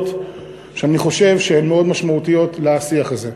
שאני חושב שהן מאוד משמעותיות לשיח הזה: